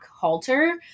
halter